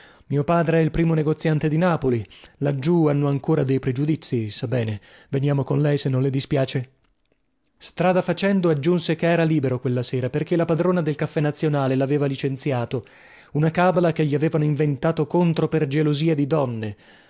mio padre è il primo negoziante di napoli laggiù hanno ancora dei pregiudizi sa bene veniamo con lei se non le dispiace strada facendo aggiunse che era libero quella sera perchè la padrona del caffè nazionale laveva licenziato una cabala che gli avevano inventato contro per gelosia di donne